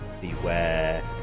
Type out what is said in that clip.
beware